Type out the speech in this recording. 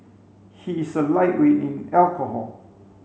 he is a lightweight in alcohol